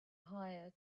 hire